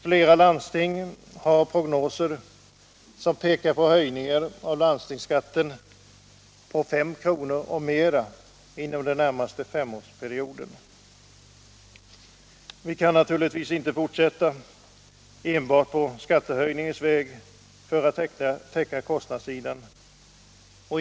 Flera landsting har prognoser som pekar på höjningar av landstingsskatten på 5 kronor eller mer inom den närmaste femårsperioden. Vi kan inte fortsätta enbart på skattehöjningens väg för att täcka kostnaderna för denna utbyggnad.